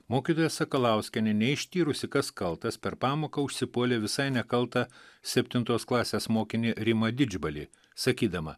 mokytoja sakalauskienė neištyrusi kas kaltas per pamoką užsipuolė visai nekaltą septintos klasės mokinį rimą didžbalį sakydama